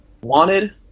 Wanted